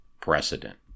precedent